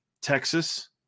Texas